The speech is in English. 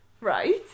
Right